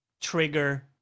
trigger